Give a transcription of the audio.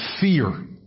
fear